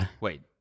wait